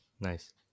Nice